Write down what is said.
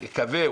נקווה,